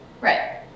Right